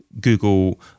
Google